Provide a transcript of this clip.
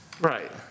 Right